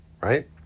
right